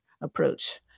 approach